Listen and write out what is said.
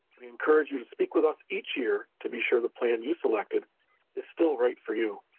we encourage you to speak with us each year to be sure the plan you selected is still right for you.